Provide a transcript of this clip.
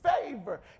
favor